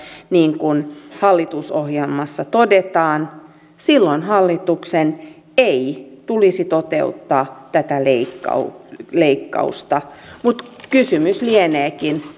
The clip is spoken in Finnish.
niin kuin hallitusohjelmassa todetaan silloin hallituksen ei tulisi toteuttaa tätä leikkausta mutta kysymys lieneekin